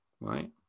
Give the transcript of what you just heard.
right